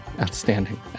Outstanding